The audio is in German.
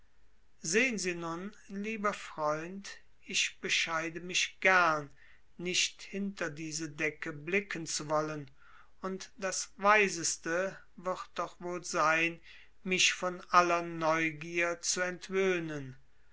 sehen sie nun lieber freund ich bescheide mich gern nicht hinter diese decke blicken zu wollen und das weiseste wird doch wohl sein mich von aller neugier zu entwöhnen